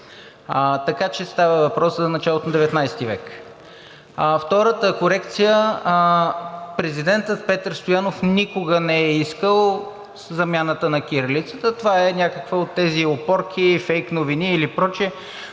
…така че става въпрос за началото на XIX век. Втората корекция, президентът Петър Стоянов никога не е искал замяната на кирилицата, това е някаква от тези опорки, фейк новини или прочее,